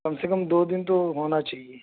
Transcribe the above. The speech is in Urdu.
کم سے کم دو دن تو ہونا چاہیے